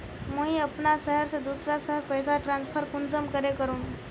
मुई अपना शहर से दूसरा शहर पैसा ट्रांसफर कुंसम करे करूम?